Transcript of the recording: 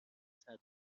صدها